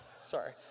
Sorry